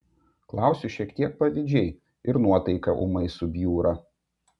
klausiu šiek tiek pavydžiai ir nuotaika ūmai subjūra